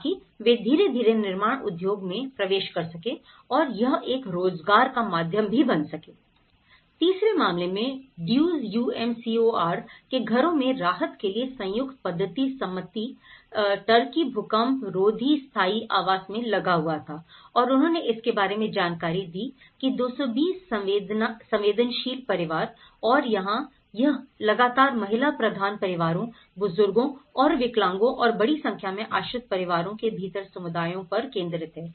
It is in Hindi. ताकि वे धीरे धीरे निर्माण उद्योग में प्रवेश कर सकें और यह एक रोजगार का माध्यम भी बन सकेI तीसरे मामले में ड्यूज़ यूएमसीओआर के घरों में राहत के लिए संयुक्त पद्धति समिति टर्की भूकंप रोधी स्थायी आवास में लगा हुआ था और उन्होंने इसके बारे में जानकारी दी है की 220 संवेदनशील परिवार और यहां यह ज्यादातर महिला प्रधान परिवारों बुजुर्गों और विकलांगों और बड़ी संख्या में आश्रित परिवारों के भीतर समुदायों पर केंद्रित है